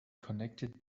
connected